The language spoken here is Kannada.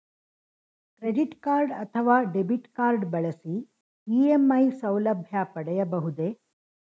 ಕ್ರೆಡಿಟ್ ಕಾರ್ಡ್ ಅಥವಾ ಡೆಬಿಟ್ ಕಾರ್ಡ್ ಬಳಸಿ ಇ.ಎಂ.ಐ ಸೌಲಭ್ಯ ಪಡೆಯಬಹುದೇ?